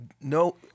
No